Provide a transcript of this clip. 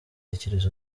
gitekerezo